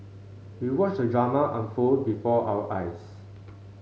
we watched the drama unfold before our eyes